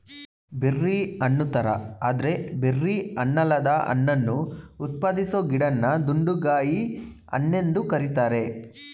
berry ಹಣ್ಣುತರ ಆದ್ರೆ berry ಹಣ್ಣಲ್ಲದ ಹಣ್ಣನ್ನು ಉತ್ಪಾದಿಸೊ ಗಿಡನ ದುಂಡುಗಾಯಿ ಹಣ್ಣೆಂದು ಕರೀತಾರೆ